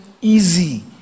easy